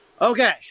Okay